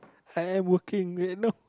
I am working late know